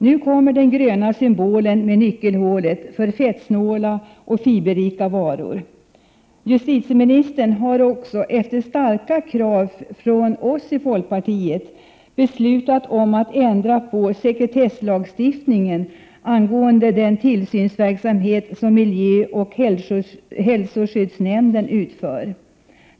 Nu kommer den gröna symbolen med nyckelhålet för fettsnåla och fiberrika varor. Justitieministern har också efter starka krav från oss i folkpartiet beslutat att ändra på sekretesslagstiftningen angående den tillsynsverksamhet som miljöoch hälsoskyddsnämnden utför.